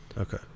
Okay